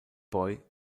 boy